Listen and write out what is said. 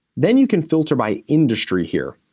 then you can filter by industry here,